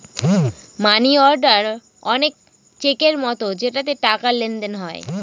মানি order অনেক চেকের মতো যেটাতে টাকার লেনদেন হয়